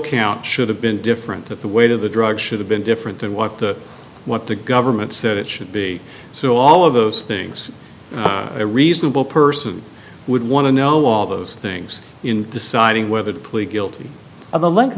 count should have been different if the weight of the drug should have been different than what the what the government said it should be so all of those things a reasonable person would want to know all those things in deciding whether to plead guilty of the length